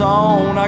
on